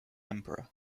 emperor